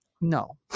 no